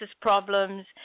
problems